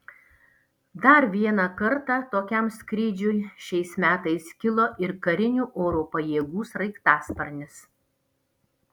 dar vieną kartą tokiam skrydžiui šiais metais kilo ir karinių oro pajėgų sraigtasparnis